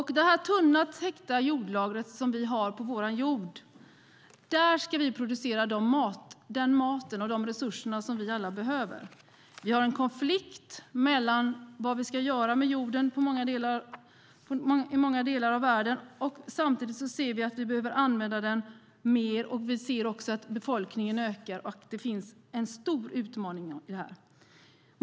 I det tunna jordlager som vi har på vår jord ska vi producera den mat och de resurser som vi alla behöver. Vi har en konflikt när det gäller vad vi ska göra med jorden i många delar av världen. Vi behöver använda den mer, och vi ser också att befolkningen ökar. Det finns en stor utmaning i detta.